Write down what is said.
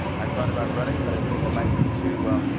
i thought about running, but i think i might be, too, well,